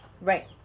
Right